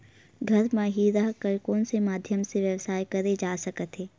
घर म हि रह कर कोन माध्यम से व्यवसाय करे जा सकत हे?